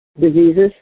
diseases